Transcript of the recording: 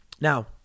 Now